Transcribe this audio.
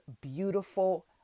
beautiful